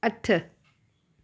अठ